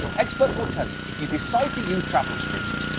experts will tell you if you decide to use travel restrictions,